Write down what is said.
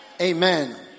Amen